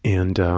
and